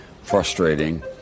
frustrating